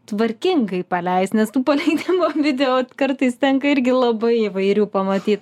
tvarkingai paleisk nes tų paleidimo video kartais tenka irgi labai įvairių pamatyt